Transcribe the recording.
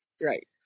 Right